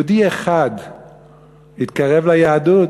יהודי אחד התקרב ליהדות,